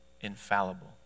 infallible